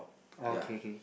oh okay okay